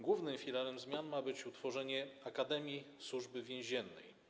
Głównym filarem zmian ma być utworzenie akademii Służby Więziennej.